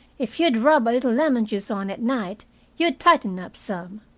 if you'd rub a little lemon-juice on at night you'd tighten up some.